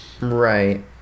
Right